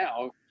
now